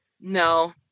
no